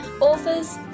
authors